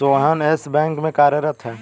Sohan Yes Bank में कार्यरत है